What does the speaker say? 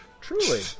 truly